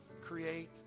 create